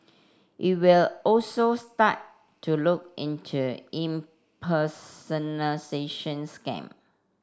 it will also start to look into scam